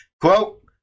Quote